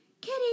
Kitty